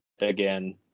again